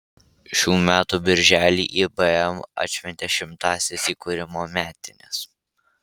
šių metų birželį ibm atšventė šimtąsias įkūrimo metines